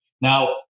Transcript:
Now